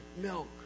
milk